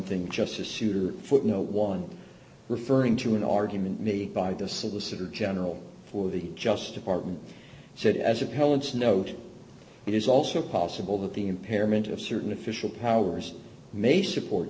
thing justice souter footnote one referring to an argument made by the solicitor general for the just department said as appellants noted it is also possible that the impairment of certain official powers may support